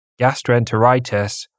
gastroenteritis